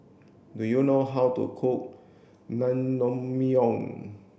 do you know how to cook Naengmyeon